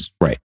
right